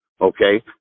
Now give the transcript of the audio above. Okay